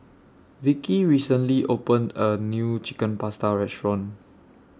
Vickie recently opened A New Chicken Pasta Restaurant